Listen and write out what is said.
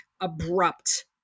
abrupt